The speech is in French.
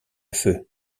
feu